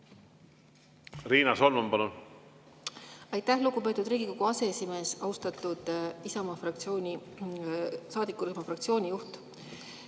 Riina Solman, palun! Aitäh, lugupeetud Riigikogu aseesimees! Austatud Isamaa fraktsiooni, saadikurühma juht!